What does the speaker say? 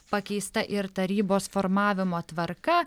pakeista ir tarybos formavimo tvarka